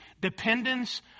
dependence